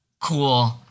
cool